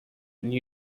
new